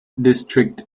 district